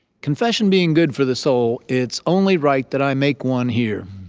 confession being good for the soul, it's only right that i make one here.